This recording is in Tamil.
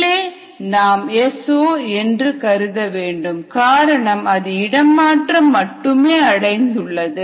உள்ளேயும் நாம் S0என்று கருத வேண்டும் காரணம் அது இடம் மாற்றம் மட்டுமே அடைந்துள்ளது